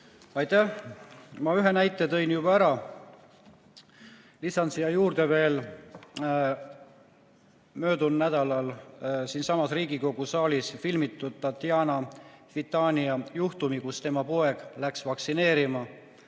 Aitäh! Ma ühe näite tõin juba ära. Lisan siia juurde veel möödunud nädalal siinsamas Riigikogu saalis filmitud Tatjana Fitania juhtumi. Tema poeg läks vaktsineerima,